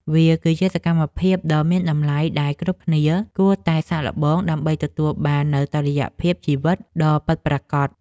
វាគឺជាសកម្មភាពដ៏មានតម្លៃដែលគ្រប់គ្នាគួរតែសាកល្បង ដើម្បីទទួលបាននូវតុល្យភាពជីវិតដ៏ពិតប្រាកដ។